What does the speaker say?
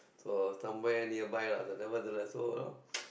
so somewhere nearby lah but nevertheless so